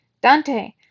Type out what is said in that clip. Dante